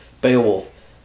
Beowulf